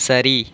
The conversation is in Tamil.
சரி